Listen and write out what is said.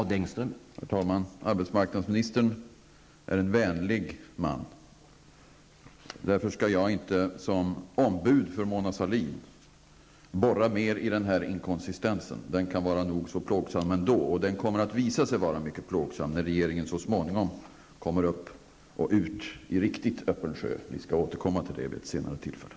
Herr talman! Arbetsmarknadsministern är en vänlig man. Därför skall jag inte, som ombud för Mona Sahlin, borra mer i denna inkonsistens. Den kan vara nog så plågsam ändå, och kommer att visa sig vara mycket plågsam när regeringen så småningom kommer ut i riktigt öppen sjö. Vi skall återkomma till det vid ett senare tillfälle.